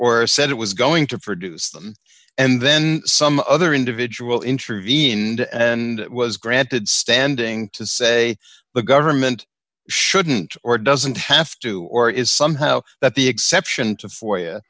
or said it was going to for duce them and then some other individual intervened and it was granted standing to say the government shouldn't or doesn't have to or is somehow that the exception to for y